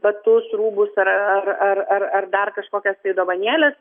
batus rūbus ar ar ar ar ar dar kažkokias tai dovanėles